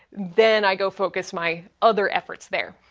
then, i go focus my other efforts there.